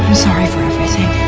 sorry for everything.